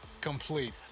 complete